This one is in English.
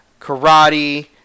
karate